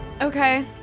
Okay